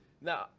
Now